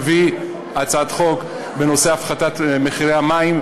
נביא הצעת חוק בנושא הפחתת מחירי המים,